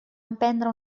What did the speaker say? emprendre